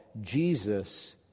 Jesus